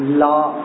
law